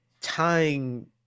tying